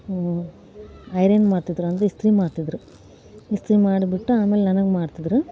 iron ಮಾಡ್ತಿದ್ರು ಅಂದರೆ ಇಸ್ತ್ರಿ ಮಾಡ್ತಿದ್ರು ಇಸ್ತ್ರಿ ಮಾಡ್ಬಿಟ್ಟು ಆಮೇಲೆ ನನಗೆ ಮಾಡ್ತಿದ್ರು